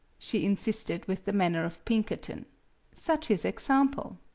she insisted, with the manner of pinkerton such is example!